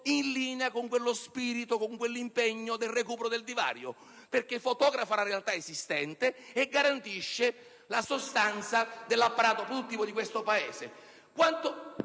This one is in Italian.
in linea con lo spirito e l'impegno del recupero del divario perché fotografa la realtà esistente e garantisce la sostanza dell'apparato produttivo di questo Paese.